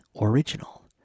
original